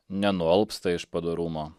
nenualpsta iš padorumo